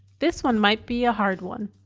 this one might be a hard one.